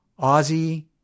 Aussie